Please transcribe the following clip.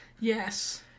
yes